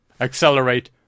accelerate